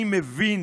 אני מבין